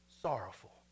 sorrowful